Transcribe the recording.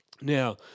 Now